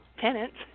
tenants